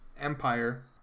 Empire